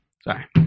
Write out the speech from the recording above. sorry